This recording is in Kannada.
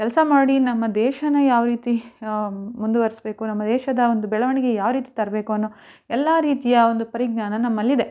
ಕೆಲಸ ಮಾಡಿ ನಮ್ಮ ದೇಶನ ಯಾವ ರೀತಿ ಮುಂದುವರೆಸ್ಬೇಕು ನಮ್ಮ ದೇಶದ ಒಂದು ಬೆಳವಣಿಗೆ ಯಾವ ರೀತಿ ತರಬೇಕು ಅನ್ನೋ ಎಲ್ಲ ರೀತಿಯ ಒಂದು ಪರಿಜ್ಞಾನ ನಮ್ಮಲ್ಲಿದೆ